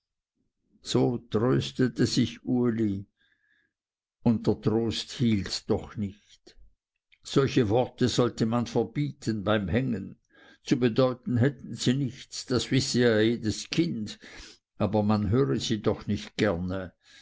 so tröstete sich uli und der trost hielt doch nicht solche worte sollte man verbieten beim hängen zu bedeuten hätten sie nichts das wisse ja jedes kind aber man höre sie doch nicht gerne